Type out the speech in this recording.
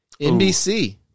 NBC